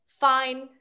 fine